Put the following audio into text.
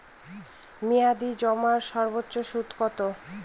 মেয়াদি জমার সর্বোচ্চ সুদ কতো?